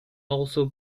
also